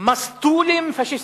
מסטולים פאשיסטים?